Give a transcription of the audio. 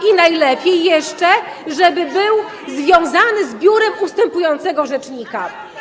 I najlepiej jeszcze, żeby był związany z biurem ustępującego rzecznika.